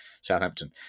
Southampton